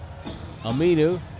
Aminu